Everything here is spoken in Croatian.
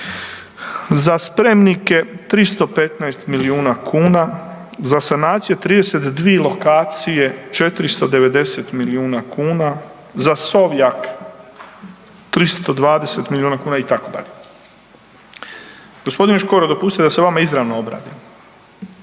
za spremnike 315 milijuna kuna, za sanaciju 32 lokacije 490 milijuna kuna, za Sovjak 320 milijuna kuna itd. g. Škoro, dopustite da se vama izravno obratim.